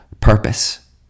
purpose